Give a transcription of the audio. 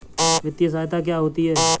वित्तीय सहायता क्या होती है?